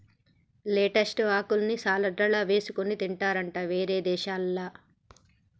lettuce ఆకుల్ని సలాడ్లల్ల వేసుకొని తింటారట వేరే దేశాలల్ల